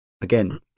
again